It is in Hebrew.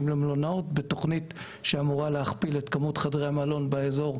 למלונות בתוכנית שאמורה להכפיל את כמות חדרי המלון באזור,